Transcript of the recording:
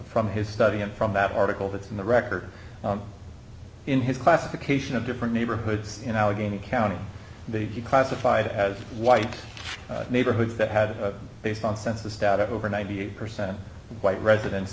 from his study and from that article that's in the record in his classification of different neighborhoods in allegheny county be classified as white neighborhoods that had based on census data over ninety eight percent white residen